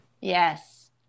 Yes